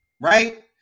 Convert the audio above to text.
right